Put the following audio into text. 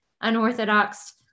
unorthodox